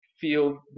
feel